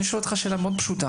אני שואל אותך שאלה מאוד פשוטה.